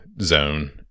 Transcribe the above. zone